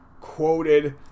quoted